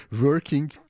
working